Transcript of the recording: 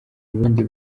ubundi